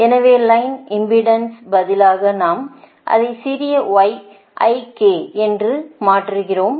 எனவே line impedance பதிலாக நாம் அதை சிறிய என்று மாற்றுகிறோம்